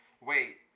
Wait